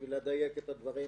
בשביל לדייק את הדברים,